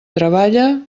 treballa